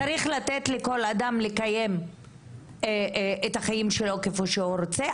צריך לתת לכל אדם לקיים את החיים שלו כפי שהוא רוצה,